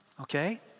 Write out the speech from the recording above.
okay